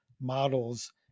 models